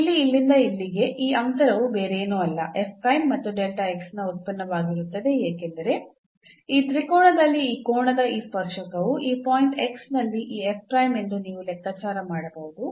ಇಲ್ಲಿ ಇಲ್ಲಿಂದ ಇಲ್ಲಿಗೆ ಈ ಅಂತರವು ಬೇರೇನೂ ಅಲ್ಲ ಮತ್ತು ನ ಉತ್ಪನ್ನವಾಗಿರುತ್ತದೆ ಏಕೆಂದರೆ ಈ ತ್ರಿಕೋನದಲ್ಲಿ ಈ ಕೋನದ ಈ ಸ್ಪರ್ಶಕವು ಈ ನಲ್ಲಿ ಈ f ಎಂದು ನೀವು ಲೆಕ್ಕಾಚಾರ ಮಾಡಬಹುದು